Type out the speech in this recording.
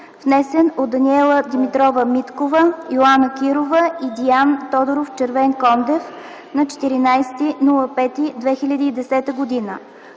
внесен от Даниела Димитрова Миткова, Йоана Кирова и Диан Тодоров Червенкондев на 14 май 2010 г.,